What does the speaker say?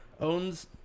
owns